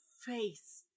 face